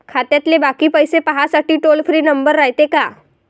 खात्यातले बाकी पैसे पाहासाठी टोल फ्री नंबर रायते का?